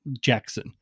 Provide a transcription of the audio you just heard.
Jackson